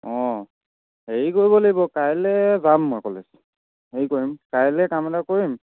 অঁ হেৰি কৰিব লাগিব কাইলৈ যাম মই কলেজ হেৰি কৰিম কাইলৈ কাম এটা কৰিম